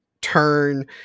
turn